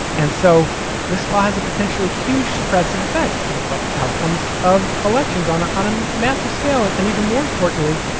and so this law has a potentially huge suppressive effect, could affect outcomes of elections on a um massive scale. and and even more importantly,